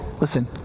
listen